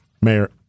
Mayor